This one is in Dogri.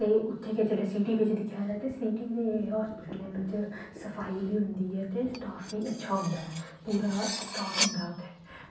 ते उत्थें गै सिटी बिच दिक्खेआ जाए ते सिटी बिच सफाई बी होंदी ऐ ते स्टॉफ बी अच्छा होंदा ऐ पूरा स्टॉफ होंदा उत्थें